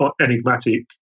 enigmatic